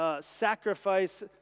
sacrifice